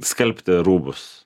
skalbti rūbus